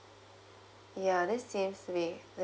ya there seems to be like